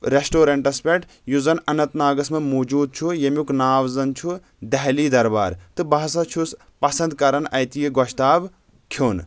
restaurants پیٹھ یُس زن اننت ناگس منٛز موجود چھُ ییٚمیُک ناو زن چھُ دہلی دربار تہٕ بہٕ ہسا چھُس پسند کران اَتہِ یہِ گۄشتاب کھیوٚن